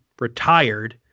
retired